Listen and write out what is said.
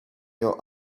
your